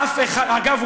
אגב,